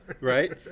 right